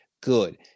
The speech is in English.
good